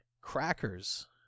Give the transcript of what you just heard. crackers